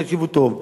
תקשיבו טוב,